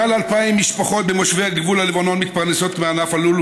מעל 2,000 משפחות במושבי גבול הלבנון מתפרנסות מענף הלול,